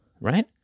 Right